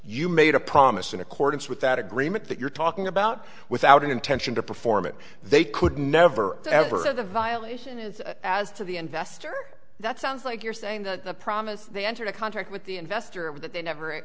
you made a promise in accordance with that agreement that you're talking about without an intention to perform it they could never ever the violation is as to the investor that sounds like you're saying that the promise they entered a contract with the investor and that they never